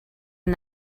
and